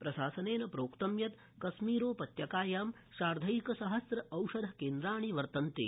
प्रशासनेन प्रोकृत् यत् कश्मीरो त्यकायां सार्धकादश सहस्र औषधकेन्द्राणि वर्तन्ते